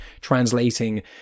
translating